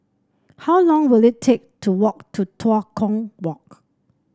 how long will it take to walk to Tua Kong Walk